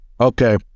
Okay